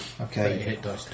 Okay